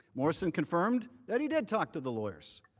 morrison confirmed that he did talk to the lawyers,